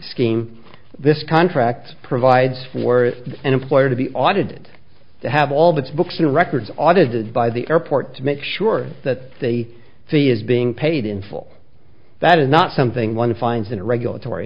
scheme this contract provides for an employer to be audited to have all these books and records audited by the airport to make sure that the fee is being paid in full that is not something one finds in a regulatory